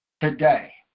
today